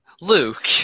Luke